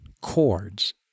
chords